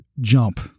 jump